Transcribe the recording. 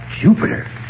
Jupiter